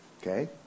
Okay